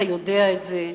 אתה יודע את זה.